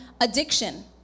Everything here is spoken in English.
addiction